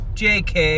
jk